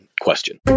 question